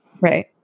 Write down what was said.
Right